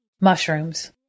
Mushrooms